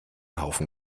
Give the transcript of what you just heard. haufen